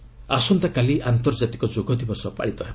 ଯୋଗ day ଆସନ୍ତାକାଲି ଆନ୍ତର୍ଜାତିକ ଯୋଗ ଦିବସ ପାଳିତ ହେବ